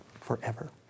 forever